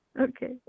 Okay